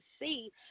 see